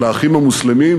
של "האחים המוסלמים",